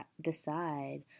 decide